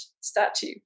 statue